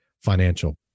financial